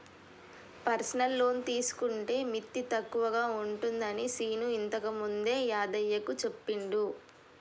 personal loan తీసుకుంటే మిత్తి తక్కువగా ఉంటుందని శీను ఇంతకుముందే యాదయ్యకు చెప్పిండు